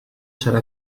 serà